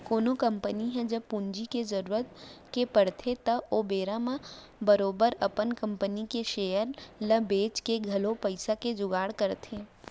कोनो कंपनी ल जब पूंजी के जरुरत के पड़थे त ओ बेरा म बरोबर अपन कंपनी के सेयर ल बेंच के घलौक पइसा के जुगाड़ करथे